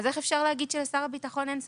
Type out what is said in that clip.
איך אפשר להגיד שלשר הביטחון אין סמכות?